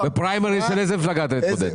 בפריימריז של איזו מפלגה אתה מתמודד?